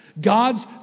God's